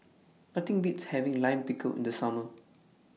Nothing Beats having Lime Pickle in The Summer